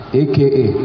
aka